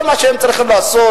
כל מה שהם צריכים לעשות,